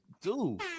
dude